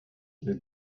had